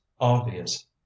obvious